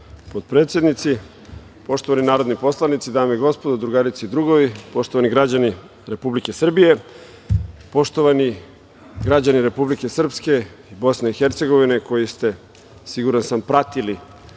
potpredsednici, poštovani narodni poslanici, dame i gospodo, drugarice i drugovi, poštovani građani Republike Srbije, poštovani građani Republike Srpske i BiH, koji ste, siguran sam, pratili